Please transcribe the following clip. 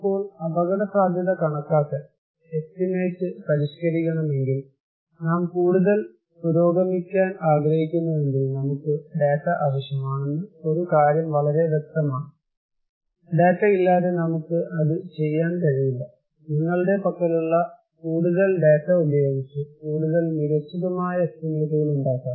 ഇപ്പോൾ അപകടസാധ്യത കണക്കാക്കൽ എസ്റ്റിമേറ്റ് പരിഷ്കരിക്കണമെങ്കിൽ നാം കൂടുതൽ പുരോഗമിക്കാൻ ആഗ്രഹിക്കുന്നുവെങ്കിൽ നമുക്ക് ഡാറ്റ ആവശ്യമാണെന്ന് ഒരു കാര്യം വളരെ വ്യക്തമാണ് ഡാറ്റയില്ലാതെ നമുക്ക് അത് ചെയ്യാൻ കഴിയില്ല നിങ്ങളുടെ പക്കലുള്ള കൂടുതൽ ഡാറ്റ ഉപയോഗിച്ച് കൂടുതൽ മികച്ചതുമായ എസ്റ്റിമേറ്റുകൾ ഉണ്ടാക്കാം